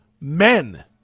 men